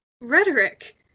rhetoric